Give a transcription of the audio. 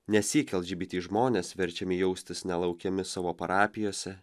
nesyk lgbt žmonės verčiami jaustis nelaukiami savo parapijose